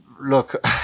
look